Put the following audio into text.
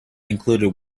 included